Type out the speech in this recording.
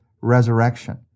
resurrection